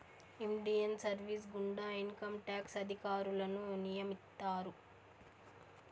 Indian service గుండా income tax అధికారులను నియమిత్తారు